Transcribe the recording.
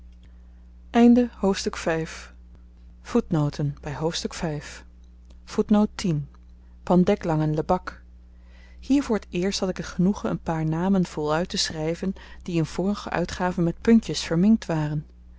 hoofdstuk pandeglang en lebak hier voor t eerst had ik t genoegen een paar namen voluit te schryven die in vorige uitgaven met puntjes verminkt waren